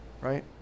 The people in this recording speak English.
Right